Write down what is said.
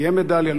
תהיה מדליה,